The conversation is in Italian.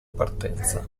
partenza